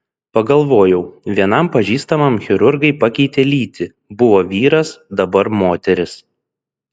pagalvojau vienam pažįstamam chirurgai pakeitė lytį buvo vyras dabar moteris